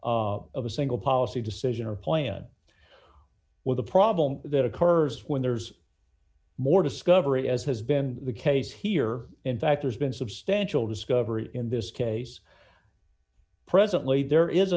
of a single policy decision or plan with a problem that occurs when there's more discovery as has been the case here in fact there's been substantial discovery in this case presently there is